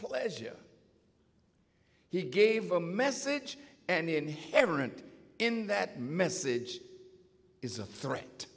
pleasure he gave a message and inherent in that message is a threat